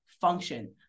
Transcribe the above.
function